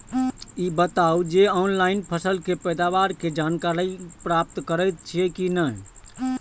ई बताउ जे ऑनलाइन फसल के पैदावार के जानकारी प्राप्त करेत छिए की नेय?